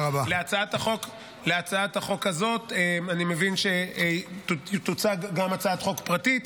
לצד ההצעה הזאת אני מבין שיוצגו גם הצעות חוק פרטית